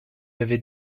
avait